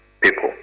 people